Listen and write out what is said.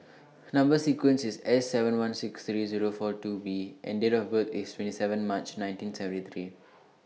Number sequence IS S seven one six Zero three four two B and Date of birth IS twenty seven March nineteen seventy three